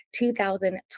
2020